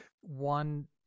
one